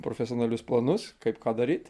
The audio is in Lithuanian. profesionalius planus kaip ką daryt